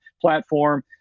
platform